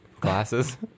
glasses